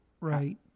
Right